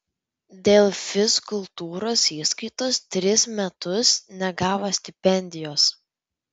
dėl fizkultūros įskaitos tris metus negavo stipendijos